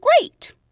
great